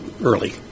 early